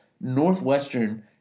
Northwestern